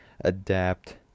adapt